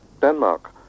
Denmark